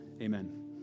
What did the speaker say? Amen